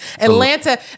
Atlanta